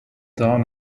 down